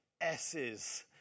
S's